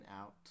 out